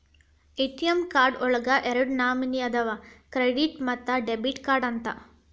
ATM card ಒಳಗ ಎರಡ ನಮನಿ ಅದಾವ ಕ್ರೆಡಿಟ್ ಮತ್ತ ಡೆಬಿಟ್ ಕಾರ್ಡ್ ಅಂತ